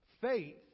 Faith